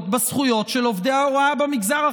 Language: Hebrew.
על זכויות של עובדי ההוראה במגזר החרדי.